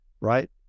right